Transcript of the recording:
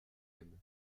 aime